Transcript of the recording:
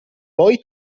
poi